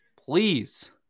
please